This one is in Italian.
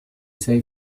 sei